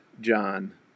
John